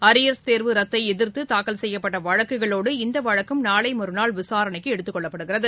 arrear தேர்வு ரத்தை எதிர்த்து தாக்கல் செய்யப்பட்ட வழக்குகளோடு இந்த வழக்கும் நாளை மறுநாள் விசாரணைக்கு எடுத்துக்கொள்ளப்படுகிறது